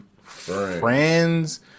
friends